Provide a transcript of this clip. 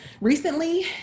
recently